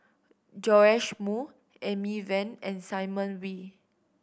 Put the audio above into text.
Joash Moo Amy Van and Simon Wee